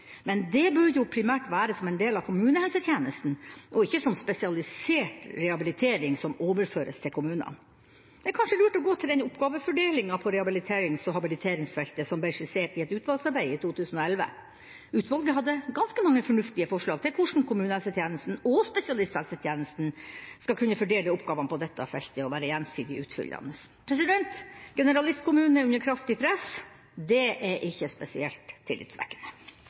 Men det bør primært være som en del av kommunehelsetjenesten og ikke som spesialisert rehabilitering som overføres til kommunene. Det er kanskje lurt å gå til den oppgavefordelinga på rehabiliterings- og habiliteringsfeltet som ble skissert i et utvalgsarbeid i 2011. Utvalget hadde ganske mange fornuftige forslag til hvordan kommunehelsetjenesten og spesialisthelsetjenesten skal kunne fordele oppgavene på dette feltet og være gjensidig utfyllende. Generalistkommunen er under kraftig press. Det er ikke spesielt